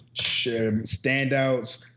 Standouts